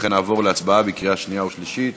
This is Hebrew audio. לכן נעבור להצבעה בקריאה שנייה ושלישית.